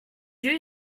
you